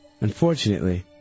Unfortunately